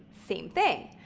same thing.